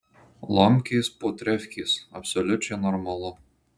lomkės po trefkės absoliučiai normalu